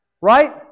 right